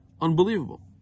Unbelievable